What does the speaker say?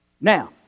Now